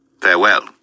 Farewell